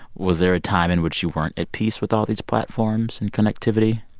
was there a time in which you weren't at peace with all these platforms and connectivity,